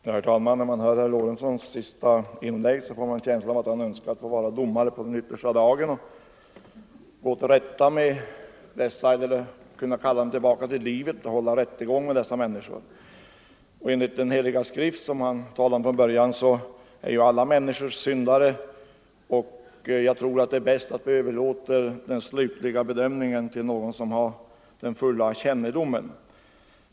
Herr talman! När man hörde herr Lorentzons senaste inlägg fick man = gar en känsla av att han önskar få vara domare för dessa människor på den yttersta dagen och kunna kalla dem tillbaka till livet för att hålla rättegång med dem. Enligt den Heliga skrift, som han talade om i början, är ju alla människor syndare. Jag tror därför det är bäst att vi överlåter den slutliga bedömningen till någon som har den fulla kännedomen.